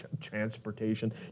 transportation